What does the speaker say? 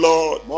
Lord